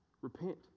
repent